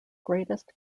greatest